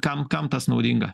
kam kam tas naudinga